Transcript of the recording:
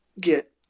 get